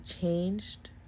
changed